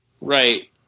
right